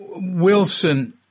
Wilson